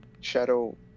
Shadow